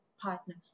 partner